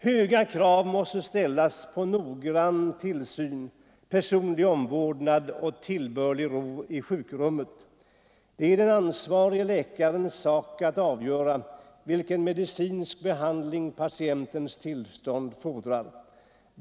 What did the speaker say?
Höga krav måste ställas på noggrann tillsyn, personlig omvårdnad och tillbörlig ro i sjukrummet. Det är den ansvarige läkarens sak att avgöra, vilken medicinsk behandling patientens tillstånd fordrar.